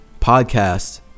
podcast